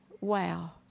wow